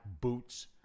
boots